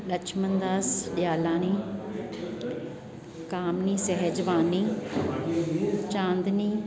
Lakshmandas Dialani Kamni Sehajwani Chandni